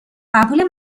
قبول